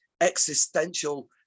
existential